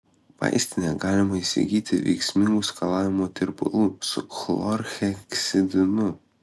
vaistinėje galima įsigyti veiksmingų skalavimo tirpalų su chlorheksidinu